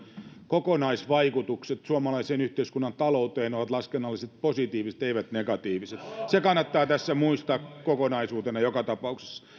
kokonaisvaikutukset suomalaisen yhteiskunnan talouteen ovat laskennallisesti positiiviset eivät negatiiviset se kannattaa tässä muistaa kokonaisuutena joka tapauksessa